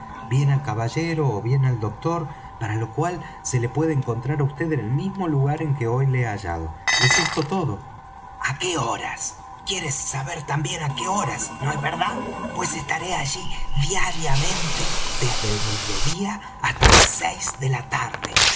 bien al caballero ó bien al doctor para lo cual se le puede encontrar á vd en el mismo lugar en que hoy le he hallado es esto todo á qué horas quieres saber también á qué horas no es verdad pues estaré allí diariamente desde el mediodía hasta las seis de la tarde